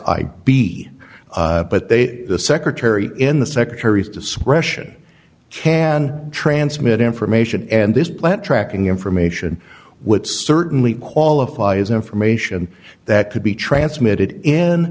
i'd be but they the secretary in the secretary's discretion can transmit information and this plant tracking information which certainly qualify as information that could be transmitted in